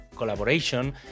collaboration